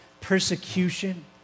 persecution